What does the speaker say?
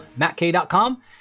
mattk.com